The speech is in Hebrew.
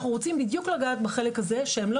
אנחנו רוצים בדיוק לגעת בחלק הזה שהן לא